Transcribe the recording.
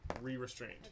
re-restrained